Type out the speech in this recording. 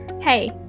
Hey